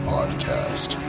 Podcast